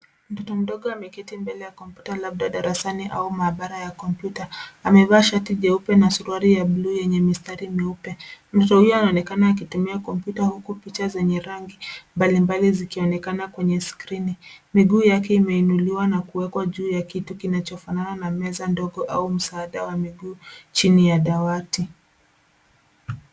Mtoto mdogo ameketi mbele ya kompyuta labda darasani au maabara ya kompyuta. Amevaa shati jeupe na suruali ya bluu yenye mistari meupe mtoto huyu anaonekana akitumia kompyuta huku picha zenye rangi mbalimbali zikionekana kwenye skirini. Miguu yake imeinuliwa na kuwekwa juu ya kitu kinachofanana na meza ndogo au msaada wa miguu chini ya dawati.